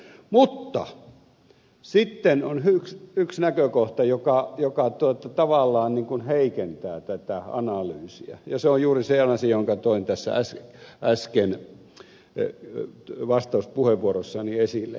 mutta sitten on yksi näkökohta joka tavallaan heikentää tätä analyysia ja se on juuri se asia jonka toin tässä äsken vastauspuheenvuorossani esille